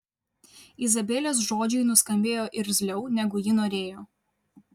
izabelės žodžiai nuskambėjo irzliau negu ji norėjo